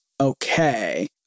Okay